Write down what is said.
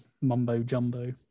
mumbo-jumbo